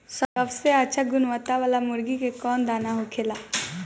सबसे अच्छा गुणवत्ता वाला मुर्गी के कौन दाना होखेला?